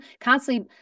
constantly